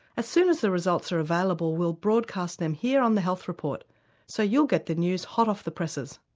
as soon as the results are available we'll broadcast them here on the health report so you'll get the news hot off the presses.